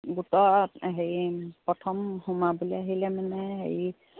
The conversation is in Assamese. গোটত হেৰি প্ৰথম সোমাবলৈ আহিলে মানে হেৰি